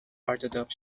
orthodox